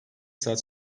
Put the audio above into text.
saat